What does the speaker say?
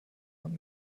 und